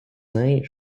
неї